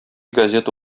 газета